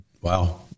Wow